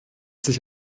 sich